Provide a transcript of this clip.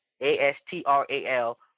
A-S-T-R-A-L